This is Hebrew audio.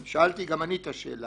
שאלתי גם אני את השאלה,